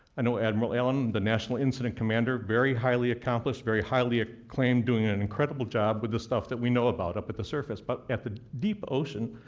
i know admiral allen, the national incident commander. very highly accomplished, very highly acclaimed, doing an incredible job with this stuff that we know about up at the surface. but at the deep ocean,